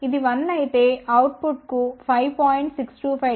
ఇది 1 అయితే output కు 5